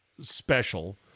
special